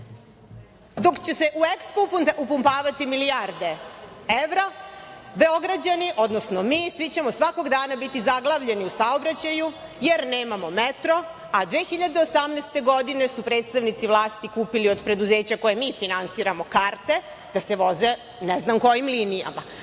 će se u EKSPO upumpavati milijarde evra Beograđani, odnosno mi, svi ćemo svakog dana biti zaglavljeni u saobraćaju jer nemamo metro, a 2018. godine su predstavnici vlasti kupili od preduzeća koje mi finansiramo karte da se voze ne znam kojim linijama.